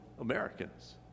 Americans